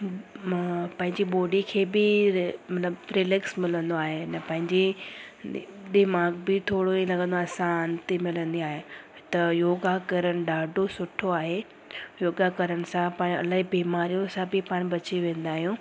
मां पंहिंजी बॉडी खे बि मतिलबु रिलैक्स मिलंदो आहे हिन पंहिंजी दि दिमाग़ बि थोरो ईअं लॻंदो आहे शांती मिलंदी आहे त योगा करण ॾाढो सुठो आहे योगा करण सां पाण इलाही बीमारियुनि सां बि पाण बची वेंदा आहियूं